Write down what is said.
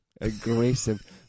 Aggressive